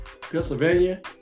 Pennsylvania